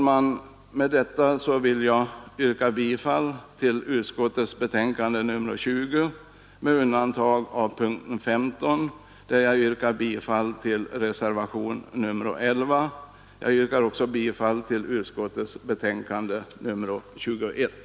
Med detta vill jag, fru talman, yrka bifall till utskottets hemställan på samtliga punkter i betänkandet nr 20 med undantag av punken 15, där jag yrkar bifall till reservationen 11. Jag yrkar också bifall till utskottets hemställan i betänkandet nr 21.